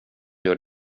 gör